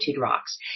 Rocks